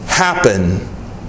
Happen